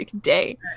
day